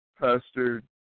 Pastor